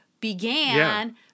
began